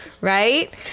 right